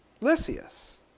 Lysias